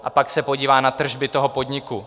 A pak se podívá na tržby toho podniku.